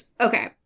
okay